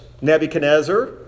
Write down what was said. Nebuchadnezzar